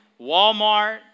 Walmart